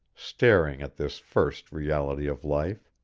staring at this first reality of life.